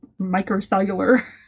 microcellular